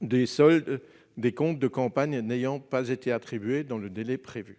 des comptes de campagne n'ayant pas été attribués dans le délai prévu.